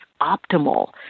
optimal